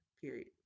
period